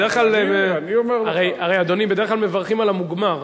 בדרך כלל, אדוני, מברכים על המוגמר.